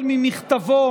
ממכתבו